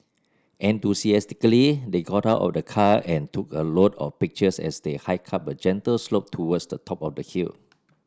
enthusiastically they got out of the car and took a lot of pictures as they hiked up a gentle slope towards the top of the hill